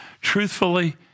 Truthfully